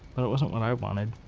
but it wasn't what i wanted.